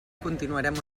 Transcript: continuarem